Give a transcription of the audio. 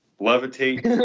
levitate